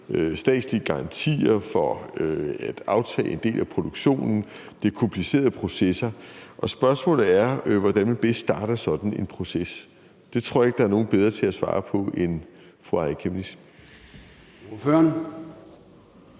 statslige garantier for at aftage en del af produktionen. Det er komplicerede processer, og spørgsmålet er, hvordan man bedst starter sådan en proces. Det tror jeg ikke der er nogen bedre til at svare på end fru Aaja